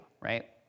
right